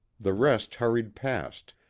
the rest hurried past,